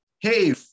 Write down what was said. Hey